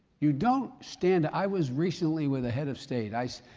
you don't stand i was recently with a head of state. i,